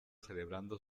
celebrando